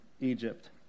Egypt